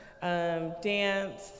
dance